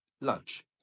Lunch